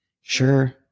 Sure